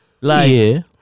like-